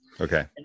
Okay